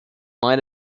might